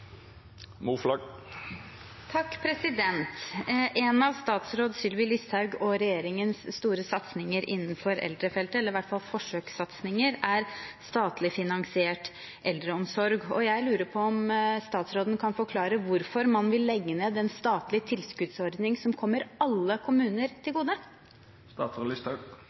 En av statsråd Sylvi Listhaug og regjeringens store satsinger innenfor eldrefeltet, eller i hvert fall forsøkssatsinger, er statlig finansiert eldreomsorg. Jeg lurer på om statsråden kan forklare hvorfor man vil legge ned en statlig tilskuddsordning som kommer alle kommuner til gode.